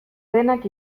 denak